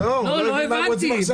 אני לא מבין מה הבעיה.